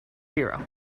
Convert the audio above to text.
hero